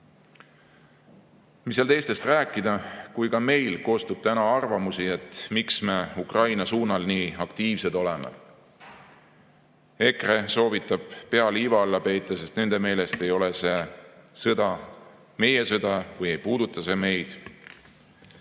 seal teistest rääkida, kui ka meil kostab täna arvamusi, et miks me Ukraina suunal nii aktiivsed oleme. EKRE soovitab pea liiva alla peita, sest nende meelest ei ole see sõda meie sõda või ei puuduta see meid.